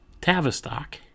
Tavistock